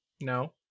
no